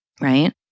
right